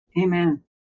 Amen